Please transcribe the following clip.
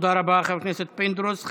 תודה רבה, חבר הכנסת פינדרוס.